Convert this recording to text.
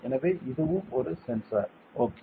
எனவே இதுவும் ஒரு சென்சார் ஓகே